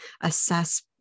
assess